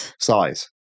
Size